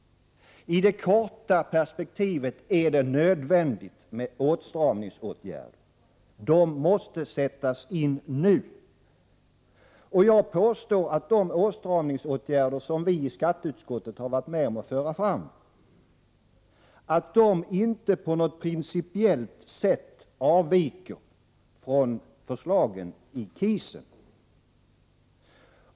I det korta perspektivet är det nödvändigt med åtstramningsåtgärder. Dessa måste sättas in nu. Jag påstår att de åtstramningsåtgärder som vi i skatteutskottet varit med om inte på något principiellt sätt avviker från förslagen i KIS.